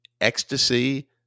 ecstasy